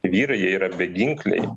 vyrai jie yra beginkliai